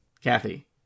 Kathy